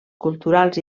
culturals